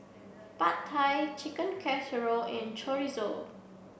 Pad Thai Chicken Casserole and Chorizo